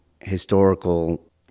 historical